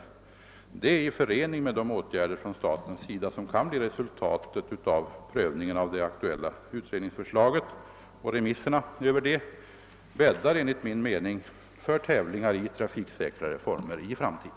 Detta i förening med de åtgärder från statens sida som kan bli resultatet av prövningen av det aktuella utredningsförslaget och remisssvaren med anledning av detta bäddar enligt min mening för tävlingar i trafiksäkrare former i framtiden.